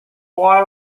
water